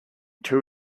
two